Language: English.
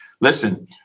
listen